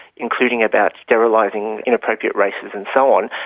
including about sterilising inappropriate races and so on.